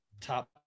top –